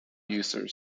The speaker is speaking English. users